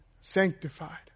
sanctified